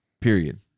Period